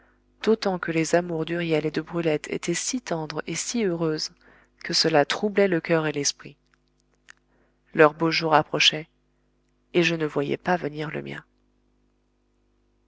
d'autant que les amours d'huriel et de brulette étaient si tendres et si heureuses que cela troublait le coeur et l'esprit leur beau jour approchait et je ne voyais pas venir le mien